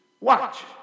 Watch